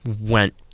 went